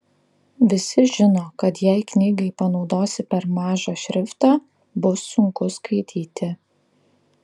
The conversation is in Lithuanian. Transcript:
visi žino kad jei knygai panaudosi per mažą šriftą bus sunku skaityti